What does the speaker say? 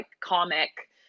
comic